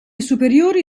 superiori